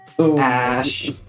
Ash